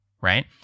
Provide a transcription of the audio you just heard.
right